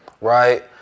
Right